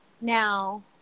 now